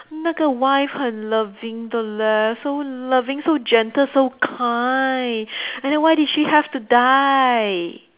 那个 wife 很 loving 的 leh so loving so gentle so kind and then why did she have to die